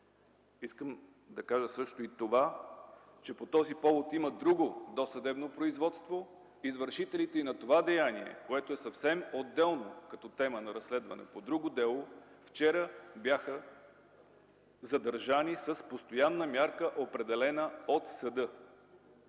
Искам да кажа също и това, че по този повод има друго досъдебно производство. Извършителите и на това деяние, което е съвсем отделно като тема на разследване по друго дело, вчера бяха задържани с постоянна мярка, определена от съда.